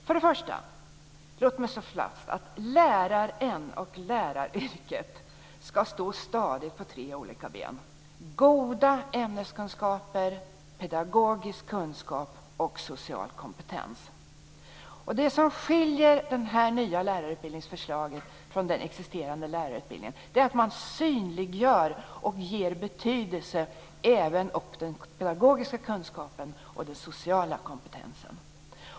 För det första: Låt mig slå fast att läraren och läraryrket ska stå stadigt på tre olika ben - goda ämneskunskaper, pedagogisk kunskap och social kompetens. Det som skiljer det här nya lärarutbildningsförslaget från den existerande lärarutbildningen är att man synliggör och ger betydelse även åt den pedagogiska kunskapen och den sociala kompetensen.